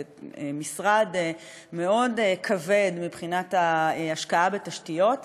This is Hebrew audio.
משרד מאוד כבד מבחינת ההשקעה בתשתיות,